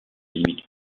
limite